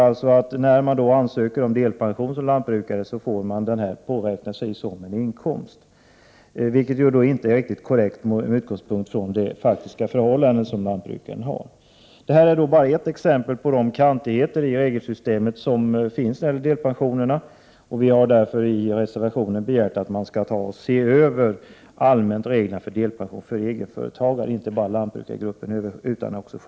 Lantbrukare som tar delpension får då denna ersättning räknad som inkomst, vilket inte är korrekt med utgångspunkt i lantbrukarens faktiska situation. Detta är bara ett exempel på de kantigheter som finns i regelsystemet vad gäller delpensioner. Vi har därför i reservationen begärt att reglerna för delpension till egenföretagare skall ses över. Det skall inte bara gälla lantbrukare utan generellt.